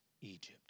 Egypt